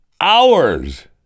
Hours